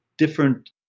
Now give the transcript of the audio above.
Different